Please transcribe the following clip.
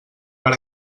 per